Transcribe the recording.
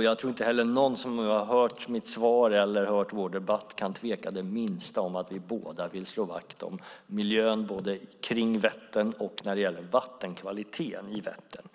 Jag tror inte heller att någon som nu har hört mitt svar eller hört vår debatt kan tveka det minsta om att vi båda vill slå vakt om miljön kring Vättern och vattenkvaliteten i Vättern.